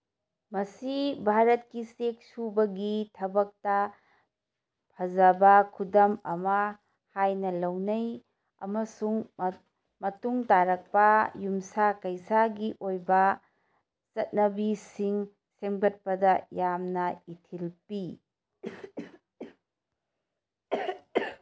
ꯃꯁꯤ ꯚꯥꯔꯠꯀꯤ ꯆꯦꯛ ꯁꯨꯕꯒꯤ ꯊꯕꯛꯇ ꯐꯖꯕ ꯈꯨꯗꯝ ꯑꯃ ꯍꯥꯏꯅ ꯂꯧꯅꯩ ꯑꯃꯁꯨꯡ ꯃꯇꯨꯡ ꯇꯥꯔꯛꯄ ꯌꯨꯝꯁꯥ ꯀꯩꯁꯥꯒꯤ ꯑꯣꯏꯕ ꯆꯠꯅꯕꯒꯤꯁꯤꯡ ꯁꯦꯝꯒꯠꯄꯗ ꯌꯥꯝꯅ ꯏꯊꯤꯜ ꯄꯤ